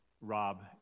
Rob